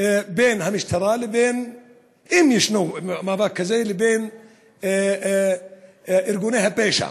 בין המשטרה, אם יש מאבק כזה, ובין ארגוני הפשע.